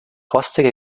rostige